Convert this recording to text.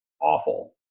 awful